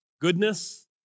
goodness